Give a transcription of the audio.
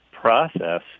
process